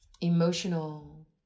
emotional